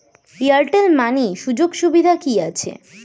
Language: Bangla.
এয়ারটেল মানি সুযোগ সুবিধা কি আছে?